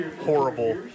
horrible